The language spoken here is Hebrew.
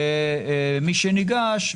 שמי שניגש,